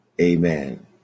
Amen